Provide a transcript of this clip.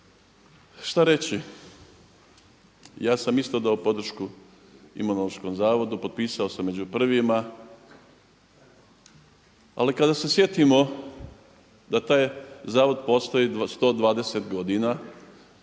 Šta reći? Ja sam isto dao podršku Imunološkom zavodu, potpisao sam među prvima, ali kada se sjetimo da taj zavod postoji 120 godina,